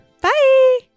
Bye